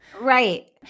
Right